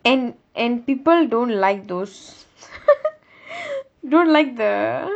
and and people don't like those don't like the